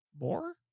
more